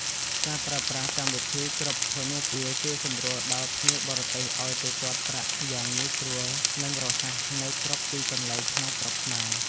ការប្រើប្រាស់កម្មវិធីគ្រប់ធនាគារជួយសម្រួលដល់ភ្ញៀវបរទេសឱ្យទូទាត់ប្រាក់យ៉ាងងាយស្រួល និង រហ័សនៅគ្រប់ទីកន្លែងក្នុងស្រុកខ្មែរ។